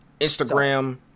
instagram